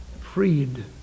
freed